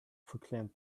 proclaimed